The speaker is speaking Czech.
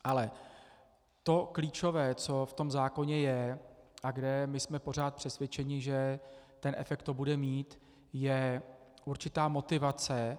Ale to klíčové, co v tom zákoně je a kde my jsme pořád přesvědčeni, že ten efekt to bude mít, je určitá motivace.